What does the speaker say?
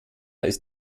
ist